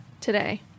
today